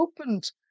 opened